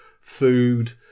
food